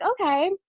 okay